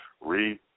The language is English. Read